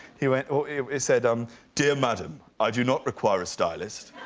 he went or it said, um dear madam, i do not require a stylist.